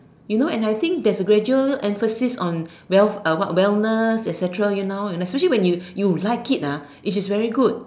you know and I think there is gradual emphasis on wealth uh what wellness et-cetera you know especially when you you like it ah it is very good